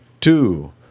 two